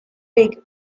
big